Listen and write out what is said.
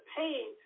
pain